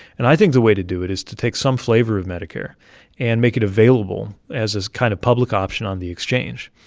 and i think the way to do it is to take some flavor of medicare and make it available as this kind of public option on the exchange,